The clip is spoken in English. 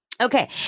Okay